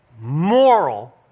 moral